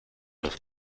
los